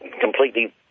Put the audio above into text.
completely